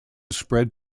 spread